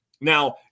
Now